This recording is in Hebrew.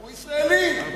הוא ישראלי.